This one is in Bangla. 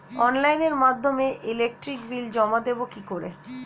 অনলাইনের মাধ্যমে ইলেকট্রিক বিল জমা দেবো কি করে?